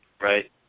right